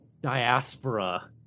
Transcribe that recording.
diaspora